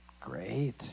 great